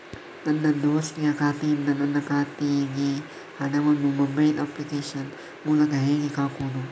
ನನ್ನ ದೋಸ್ತಿಯ ಖಾತೆಯಿಂದ ನನ್ನ ಖಾತೆಗೆ ಹಣವನ್ನು ಮೊಬೈಲ್ ಅಪ್ಲಿಕೇಶನ್ ಮೂಲಕ ಹೇಗೆ ಹಾಕುವುದು?